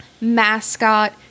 mascot